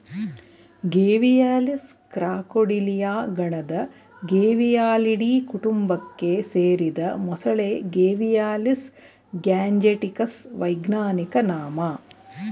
Gavialis Crocodilia ಗಣದ Gavialidae ಕುಟುಂಬಕ್ಕೆ ಸೇರಿದ ಮೊಸಳೆ ಗೇವಿಯಾಲಿಸ್ ಗ್ಯಾಂಜೆಟಿಕಸ್ ವೈಜ್ಞಾನಿಕ ನಾಮ